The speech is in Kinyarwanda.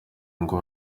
ngo